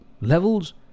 levels